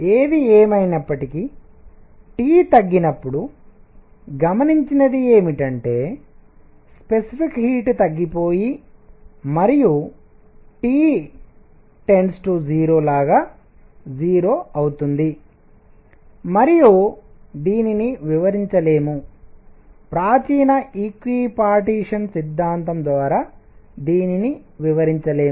ఏది ఏమయినప్పటికీ T తగ్గినప్పుడు గమనించినది ఏమిటంటే స్పెసిఫిక్ హీట్ తగ్గిపోయి మరియు T 0 లాగా 0 అవుతుంది మరియు దీనిని వివరించలేము ప్రాచీన ఈక్విపార్టీషన్ సమవిభజన సిద్ధాంతం ద్వారా దీనిని వివరించలేము